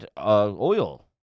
Oil